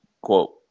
quote